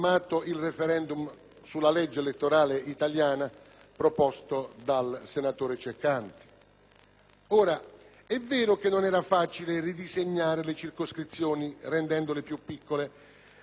È vero che non era facile ridisegnare le circoscrizioni rendendole più piccole, ma si poteva risolvere il problema della Sardegna, ad esempio, prevedendo la preferenza unica.